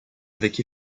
avec